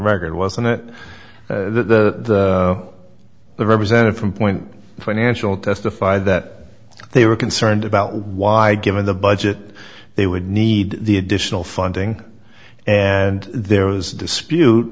record wasn't that the the representative from point financial testified that they were concerned about why given the budget they would need the additional funding and there was a dispute